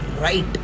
right